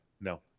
No